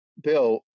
bill